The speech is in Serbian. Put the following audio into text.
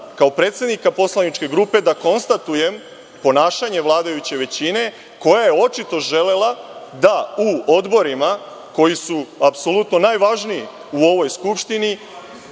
kao predsednika poslaničke grupe da konstatujem ponašanje vladajuće većine koja je očito želela da u odborima, koji su apsolutno najvažniji u ovoj Skupštini,